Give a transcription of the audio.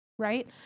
right